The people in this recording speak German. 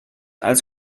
als